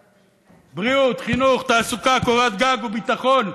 בריאות, חינוך, תעסוקה, קורת גג וביטחון.